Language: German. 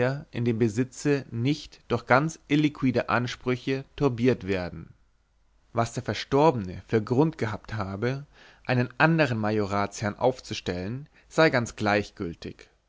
in dem besitze nicht durch ganz illiquide ansprüche turbiert werden was der verstorbene für grund gehabt habe einen andern majoratsherrn aufzustellen sei ganz gleichgültig